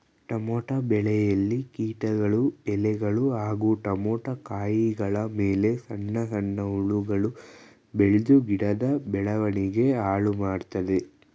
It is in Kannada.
ಟಮೋಟ ಬೆಳೆಯಲ್ಲಿ ಕೀಟಗಳು ಎಲೆಗಳು ಹಾಗೂ ಟಮೋಟ ಕಾಯಿಗಳಮೇಲೆ ಸಣ್ಣ ಸಣ್ಣ ಹುಳಗಳು ಬೆಳ್ದು ಗಿಡದ ಬೆಳವಣಿಗೆ ಹಾಳುಮಾಡ್ತದೆ